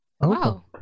wow